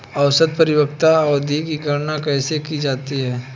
औसत परिपक्वता अवधि की गणना कैसे की जाती है?